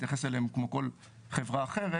להתייחס אליהם כמו כל חברה אחרת.